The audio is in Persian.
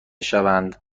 شوند